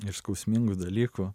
ir skausmingų dalykų